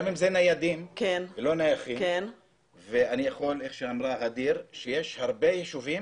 גם אם זה ניידים ולא נייחים יש הרבה יישובים